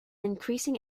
increasing